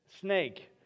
Snake